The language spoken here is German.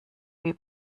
wie